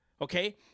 Okay